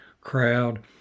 crowd